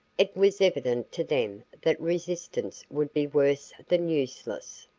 it was evident to them that resistance would be worse than useless.